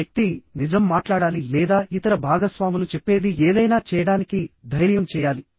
వ్యక్తి నిజం మాట్లాడాలి లేదా ఇతర భాగస్వాములు చెప్పేది ఏదైనా చేయడానికి ధైర్యం చేయాలి